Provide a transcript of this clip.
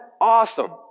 awesome